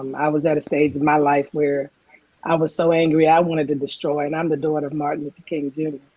um i was at a stage of my life where i was so angry, i wanted to destroy, and i'm the daughter of martin luther king jr,